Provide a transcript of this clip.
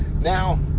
Now